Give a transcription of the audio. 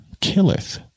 killeth